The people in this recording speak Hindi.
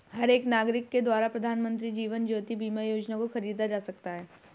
हर एक नागरिक के द्वारा प्रधानमन्त्री जीवन ज्योति बीमा योजना को खरीदा जा सकता है